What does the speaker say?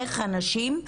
איך הנשים,